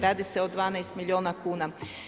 Radi se o 12 milijuna kuna.